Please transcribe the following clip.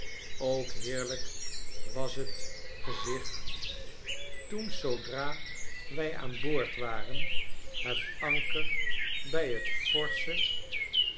ook heerlijk was t gezicht toen zoodra wij aan boord waren het anker bij t forsche